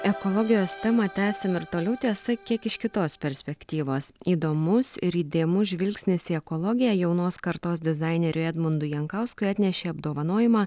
ekologijos temą tęsime ir toliau tiesa kiek iš kitos perspektyvos įdomus ir įdėmus žvilgsnis į ekologiją jaunos kartos dizaineriui edmundui jankauskui atnešė apdovanojimą